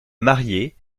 mariée